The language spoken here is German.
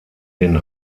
den